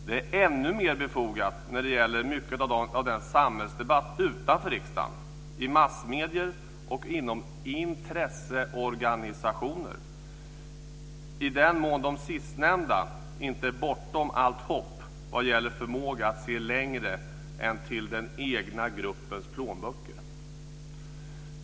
Det är ännu mer befogat när det gäller mycket av samhällsdebatten utanför riksdagen i massmedier och inom intresseorganisationer, i den mån de sistnämnda inte är bortom allt hopp vad gäller förmåga att se längre än till den egna gruppens plånböcker.